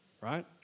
right